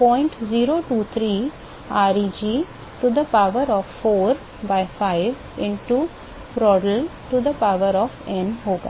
0023 Reg to the power of 4 by 5 into Prandtl to the power of n होगा